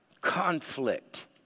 conflict